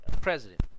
president